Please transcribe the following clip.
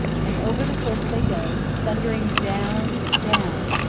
and over the cliffs they go, thundering down, down,